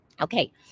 okay